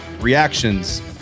reactions